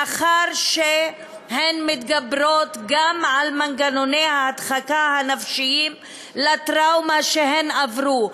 לאחר שהן מתגברות גם על מנגנוני ההדחקה הנפשיים לטראומה שהן עברו.